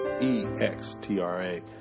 E-X-T-R-A